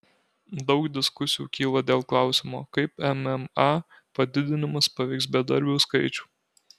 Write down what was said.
daug diskusijų kyla dėl klausimo kaip mma padidinimas paveiks bedarbių skaičių